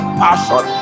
passion